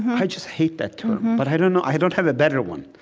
i just hate that term, but i don't know i don't have a better one.